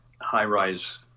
high-rise